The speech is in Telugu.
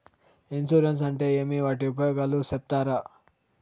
ఇన్సూరెన్సు అంటే ఏమి? వాటి ఉపయోగాలు సెప్తారా?